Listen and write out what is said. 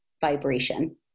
vibration